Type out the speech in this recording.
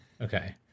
Okay